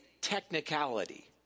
technicality